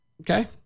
Okay